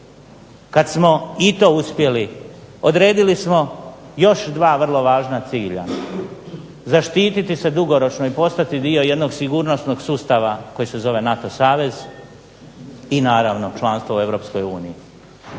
Kad smo i to uspjeli odredili smo još dva vrlo važna cilja, zaštititi se dugoročno i postati dio jednog sigurnosnog sustava koji se zove NATO savez i naravno članstvo u EU.